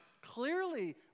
clearly